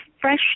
fresh